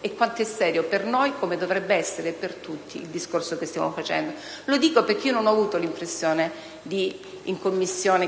e quanto è serio per noi, come dovrebbe essere per tutti, il discorso che stiamo facendo. Questo perché in Commissione non ho avuto l'impressione